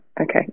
Okay